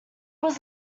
was